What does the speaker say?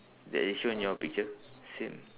that is shown in your picture same